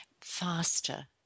faster